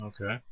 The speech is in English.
Okay